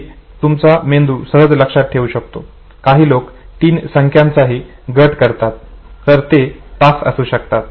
आता हे तुमचा मेंदू सहज लक्षात ठेवू शकतो काही लोक तीन संख्यांचाही गट करतात तर ते तास असू शकतो